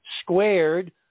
squared